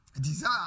Desire